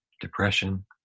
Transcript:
depression